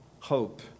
hope